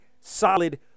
solid